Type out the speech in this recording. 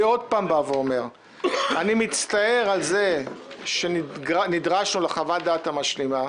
אני עוד פעם בא ואומר: אני מצטער על זה שנדרשנו לחוות דעת המשלימה.